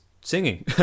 singing